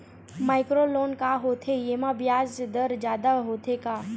Micro loan का होथे येमा ब्याज दर जादा होथे का?